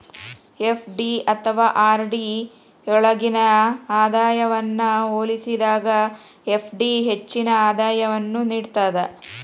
FD ಅಥವಾ RD ಯೊಳ್ಗಿನ ಆದಾಯವನ್ನ ಹೋಲಿಸಿದಾಗ ಎಫ್.ಡಿ ಹೆಚ್ಚಿನ ಆದಾಯವನ್ನು ನೇಡ್ತದ